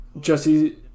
Jesse